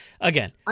Again